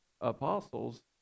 apostles